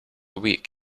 week